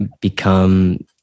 become